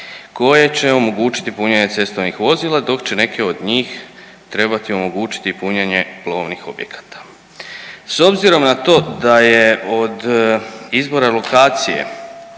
koje će omogućiti punjenje cestovnih vozila dok će neke od njih trebati omogućiti i punjenje plovnih objekata. S obzirom na to da je od izbora lokacije,